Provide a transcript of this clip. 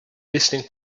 listening